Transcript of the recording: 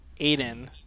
Aiden